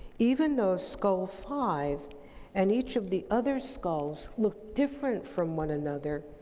even though skull five and each of the other skulls look different from one another,